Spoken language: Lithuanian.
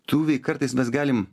tuviai kartais mes galim